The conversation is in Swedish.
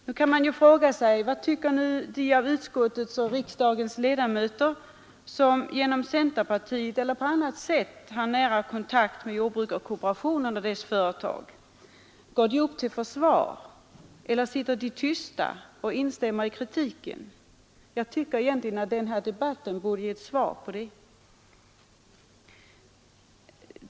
Man kan också fråga sig: Vad tycker de av utskottets och riksdagens ledamöter som genom centerpartiet eller på annat sätt har nära kontakt med jordbrukskooperationen och dess företag? Går de upp till försvar eller sitter de tysta och instämmer i kritiken? Jag tycker egentligen att den här debatten borde ge ett svar på det.